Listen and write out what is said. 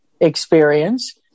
experience